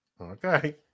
Okay